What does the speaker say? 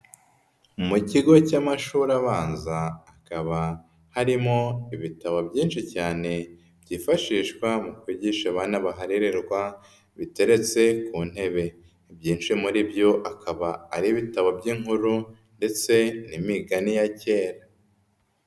Mu kigo cy'amashuri abanza hakaba harimo ibitabo byinshi cyane byifashishwa mu kwigisha abana baherererwa biteretse ku ntebe. Ibyinshi muri byo akaba ari ibitabo by'inkuru ndetse n'imigani ya kera.